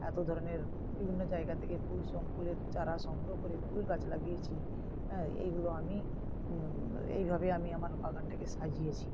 এত ধরনের বিভিন্ন জায়গা থেকে ফুল ফুলের চারা সংগ্রহ করে ফুল গাছ লাগিয়েছি হ্যাঁ এইগুলো আমি এইভাবে আমি আমার বাগানটাকে সাজিয়েছি